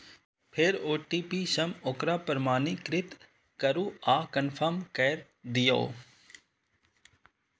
फेर ओ.टी.पी सं ओकरा प्रमाणीकृत करू आ कंफर्म कैर दियौ